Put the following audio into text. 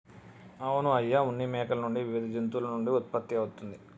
అవును అయ్య ఉన్ని మేకల నుండి వివిధ జంతువుల నుండి ఉత్పత్తి అవుతుంది